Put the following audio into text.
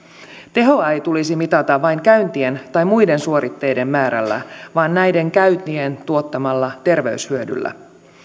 tehoa ei tulisi mitata vain käyntien tai muiden suoritteiden määrällä vaan näiden käyntien tuottamalla terveyshyödyllä